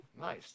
nice